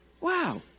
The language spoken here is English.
Wow